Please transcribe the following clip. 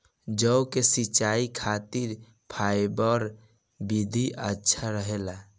जौ के सिंचाई खातिर फव्वारा विधि अच्छा रहेला?